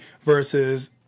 versus